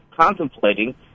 contemplating